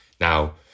Now